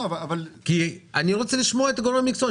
אני רוצה לשמוע את גורמי המקצוע,